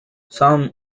some